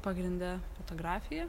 pagrinde fotografija